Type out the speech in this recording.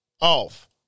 off